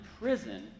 prison